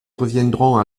reviendrons